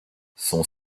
son